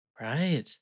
Right